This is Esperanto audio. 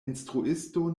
instruisto